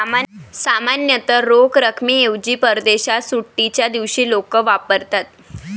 सामान्यतः रोख रकमेऐवजी परदेशात सुट्टीच्या दिवशी लोक वापरतात